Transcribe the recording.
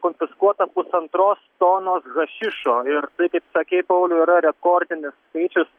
konfiskuota pusantros tonos hašišo ir tai kaip sakei pauliau yra rekordinis skaičius